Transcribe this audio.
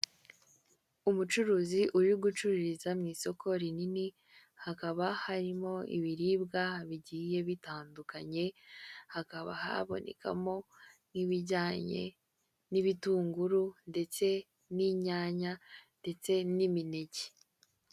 Umucuruzi uri gucururiza mu isoko rinini hakaba harimo ibiribwa bigiye bitandukanye, hakaba habonekamo n'ibijyanye n'ibitunguru ndetse n'inyanya ndetse n'imineke.